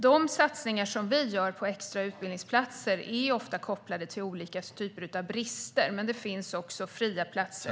De satsningar som vi gör på extra utbildningsplatser är ofta kopplade till olika typer av brister, men det finns också fria platser.